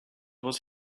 was